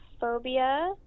phobia